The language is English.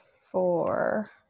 four